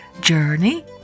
Journey